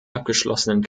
abgeschlossenen